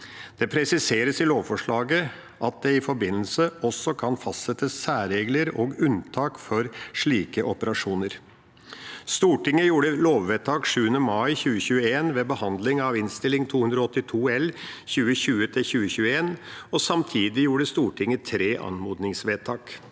Det presiseres i lovforslaget at det i den forbindelse også kan fastsettes særregler og unntak for slike operasjoner. Stortinget fattet lovvedtak den 7. mai 2021 ved behandling av Innst. 282 L for 2020–2021, og samtidig fattet Stortinget tre anmodningsvedtak.